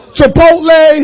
Chipotle